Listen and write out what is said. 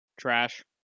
trash